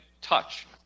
Touch